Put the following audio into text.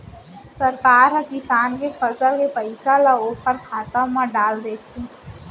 सरकार ह किसान के फसल के पइसा ल ओखर खाता म डाल देथे